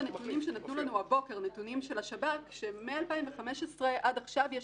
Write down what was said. בנתונים של השב"כ שניתנו לנו הבוקר אני רואה שמ-2015 ועד עכשיו יש